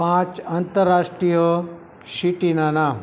પાંચ આંતરરાષ્ટ્રીય સિટિના નામ